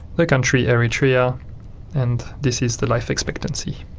the country eritrea and this is the life expectancy.